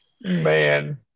Man